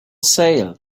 sale